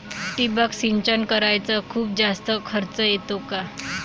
ठिबक सिंचन कराच खूप जास्त खर्च येतो का?